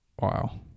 Wow